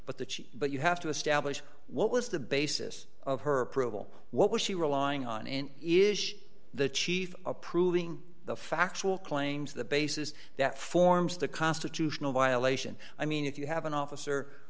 chief but you have to establish what was the basis of her approval what was she relying on in is the chief approving the factual claims the basis that forms the constitutional violation i mean if you have an office